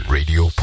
Radio